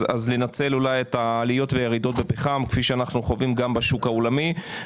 אז אולי לנצל את העליות והירידות בפחם כפי שאנחנו חווים גם בשוק העולמי.